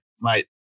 mate